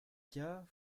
gars